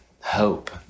hope